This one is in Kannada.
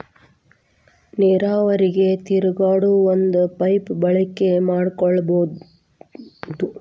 ನೇರಾವರಿಗೆ ತಿರುಗಾಡು ಒಂದ ಪೈಪ ಬಳಕೆ ಮಾಡಕೊಳುದು